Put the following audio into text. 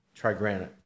Trigranite